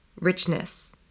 richness